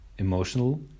emotional